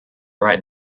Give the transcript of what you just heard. right